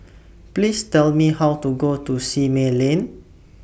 Please Tell Me How to Go to Simei Lane